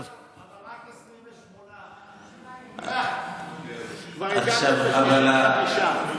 חבר הכנסת גולן, אבל רק 28. כבר הגעתם ל-35.